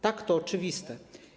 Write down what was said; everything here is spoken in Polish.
Tak, to oczywiste.